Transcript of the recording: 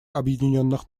объединенных